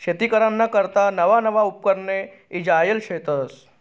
शेती कराना करता नवा नवा उपकरणे ईजायेल शेतस